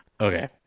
Okay